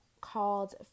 called